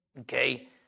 Okay